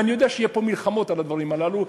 ואני יודע שיהיו פה מלחמות על הדברים הללו,